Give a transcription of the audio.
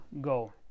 go